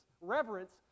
reverence